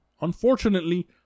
unfortunately